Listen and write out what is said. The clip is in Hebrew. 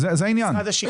אימאן ח'טיב יאסין (רע"מ,